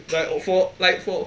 it's like for like for